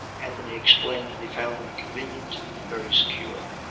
anthony explained that he found them convenient and very secure.